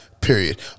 Period